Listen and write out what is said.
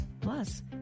Plus